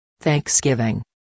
Thanksgiving